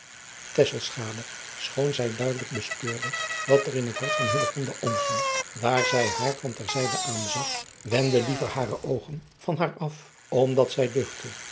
schoon zij duidelijk bespeurde wat er in het hart van omging daar zij haar van ter zijde aanzag wendde liever hare oogen van haar af omdat zij duchtte